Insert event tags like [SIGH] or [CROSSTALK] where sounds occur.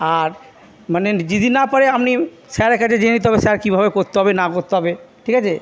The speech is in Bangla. আর মানে [UNINTELLIGIBLE] না পারে আপনি স্যারের কাছে জেনে নিতে হবে স্যার কীভাবে করতে হবে না করতে হবে ঠিক আছে